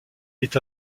est